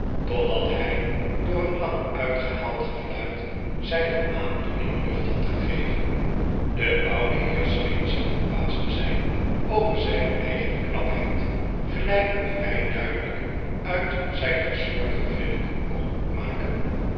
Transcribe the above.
totdat hij door een lang uitgehaald gefluit zyne aandoening lucht had gegeven de oude heer scheen zelf verbaasd te zyn over zyne eigene knapheid gelyk men vrij duidelyk uit zyn gesmoord gegrinnik kon opmaken